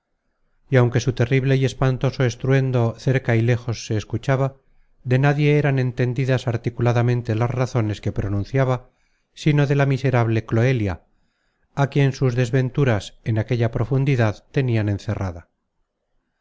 y aunque su terrible y espantoso estruendo cerca y lejos se escuchaba de nadie eran entendidas articuladamente las razones que pronunciaba sino de la miserable cloelia á quien sus desventuras en aquella profundidad tenian encerrada